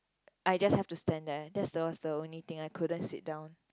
I just have to stand there that's the worst only things I couldn't sit down